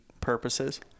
purposes